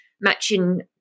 matching